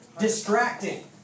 distracting